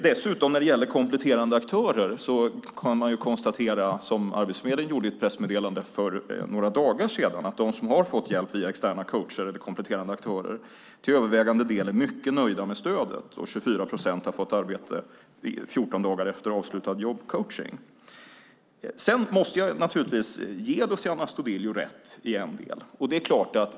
Dessutom kan man konstatera, som Arbetsförmedlingen gjorde i ett pressmeddelande för några dagar sedan, att de som har fått hjälp via externa coacher eller kompletterande aktörer till övervägande del är mycket nöjda med stödet, och 24 procent har fått arbete 14 dagar efter avslutad jobbcoachning. Sedan måste jag ge Luciano Astudillo rätt i en del.